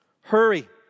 Hurry